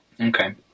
Okay